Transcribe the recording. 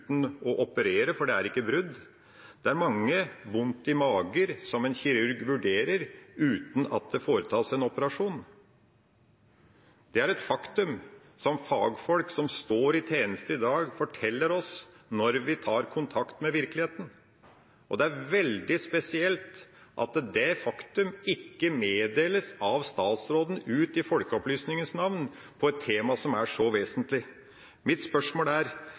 å operere, for det er ikke brudd. Det er mange vondt-i-magen-tilfeller som en kirurg vurderer, uten at det foretas en operasjon. Det er et faktum som fagfolk som står i tjeneste i dag, forteller oss når vi tar kontakt med virkeligheten. Og det er veldig spesielt at det faktumet – i folkeopplysningas navn – ikke meddeles av statsråden, i et tema som er så vesentlig. Mitt spørsmål er: